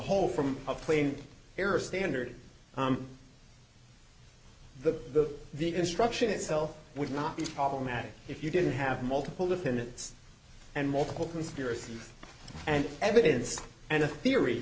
whole from a plain error standard the the instruction itself would not be problematic if you didn't have multiple defendants and multiple conspiracy and evidence and the theory